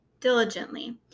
diligently